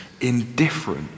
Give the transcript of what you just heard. indifferent